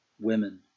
women